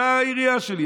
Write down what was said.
אתה העירייה שלי.